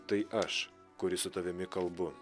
tai aš kuris su tavimi kalbu